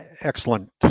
excellent